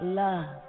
love